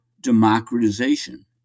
democratization